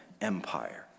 Empire